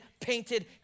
painted